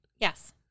Yes